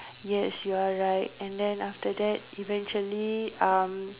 yes you are right and then after that eventually um